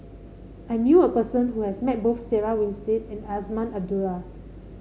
I knew a person who has met both Sarah Winstedt and Azman Abdullah